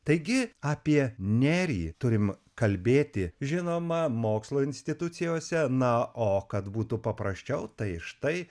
taigi apie nerį turim kalbėti žinoma mokslo institucijose na o kad būtų paprasčiau tai štai